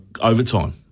overtime